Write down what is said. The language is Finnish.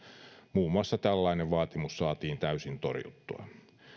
muun muassa tällainen vaatimus saatiin täysin torjuttua